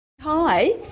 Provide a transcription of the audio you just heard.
Hi